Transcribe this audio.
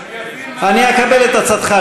שאני אבין מה, אני אקבל את עצתך.